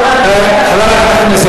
שאת ניהלת כאן?